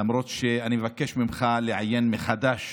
למרות שאני מבקש ממך לעיין מחדש